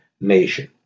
nation